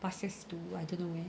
bus to I don't know where